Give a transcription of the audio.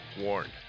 warned